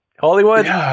Hollywood